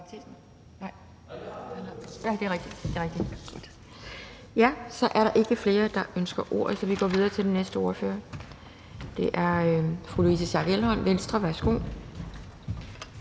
Så er der ikke flere, der ønsker ordet, så vi går videre til den næste ordfører, og det er fru Louise Schack Elholm, Venstre. Værsgo.